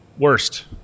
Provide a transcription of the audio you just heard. Worst